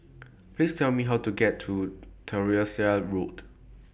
Please Tell Me How to get to Tyersall Road